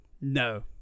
No